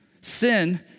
Sin